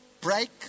break